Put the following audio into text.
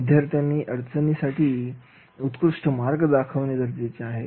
विद्यार्थ्यांनी समस्यासाठी उत्कृष्ट मार्ग दाखविणे गरजेचे आहे